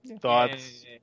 thoughts